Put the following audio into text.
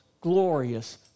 glorious